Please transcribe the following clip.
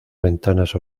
ventanas